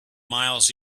miles